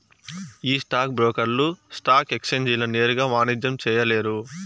ఈ స్టాక్ బ్రోకర్లు స్టాక్ ఎక్సేంజీల నేరుగా వాణిజ్యం చేయలేరు